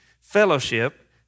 fellowship